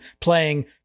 playing